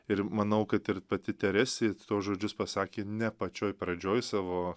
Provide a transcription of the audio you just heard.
ir manau kad ir pati teresė tuos žodžius pasakė ne pačioj pradžioj savo